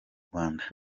rwanda